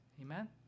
Amen